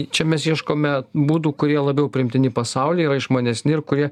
čia mes ieškome būdų kurie labiau priimtini pasaulyje yra išmanesni ir kurie